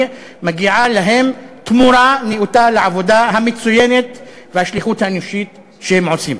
מגיעה להם תמורה נאותה לעבודה המצוינת והשליחות האנושית שהם עושים,